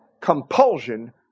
compulsion